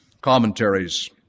commentaries